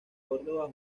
córdoba